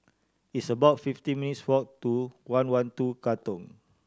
it's about fifteen minutes' walk to one One Two Katong